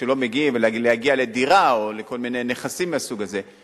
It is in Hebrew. ולהגיע לדירה או לכל מיני נכסים מהסוג הזה,